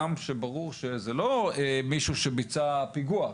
גם כשברור שזה לא מישהו שביצע פיגוע.